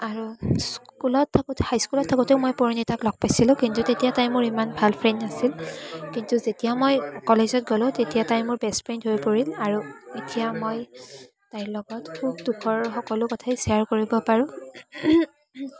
আৰু স্কুলত থাকোতে হাইস্কুলত থাকোতেও মই পৰিণীতাক লগ পাইছিলোঁ কিন্তু তেতিয়া তাই মোৰ ইমান ভাল ফ্ৰেণ্ড নাছিল কিন্তু যেতিয়া মই কলেজত গ'লো তেতিয়া তাই মোৰ বেষ্ট ফ্ৰেণ্ড হৈ পৰিল আৰু এতিয়া মই তাইৰ লগত সুখ দুখৰ সকলো কথাই শ্বেয়াৰ কৰিব পাৰো